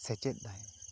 ᱥᱮᱪᱮᱫ ᱫᱷᱟᱭᱮ